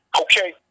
okay